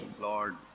Lord